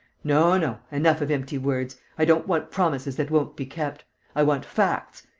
no, no, enough of empty words. i don't want promises that won't be kept i want facts,